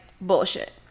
bullshit